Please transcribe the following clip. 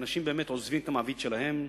ואנשים באמת עוזבים את המעביד שלהם,